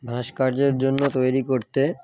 ভাস্কর্যের জন্য তৈরি করতে